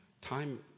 time